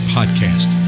Podcast